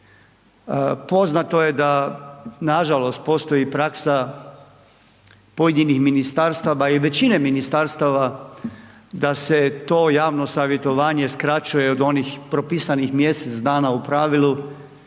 Poznato je da nažalost postoji praksa pojedinih ministarstava i većine ministarstava da se to javno savjetovanje skraćuje od onih propisanih mjesec dana u pravilu